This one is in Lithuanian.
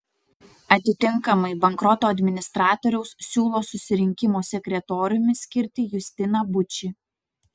atitinkamai bankroto administratoriaus siūlo susirinkimo sekretoriumi skirti justiną bučį